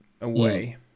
away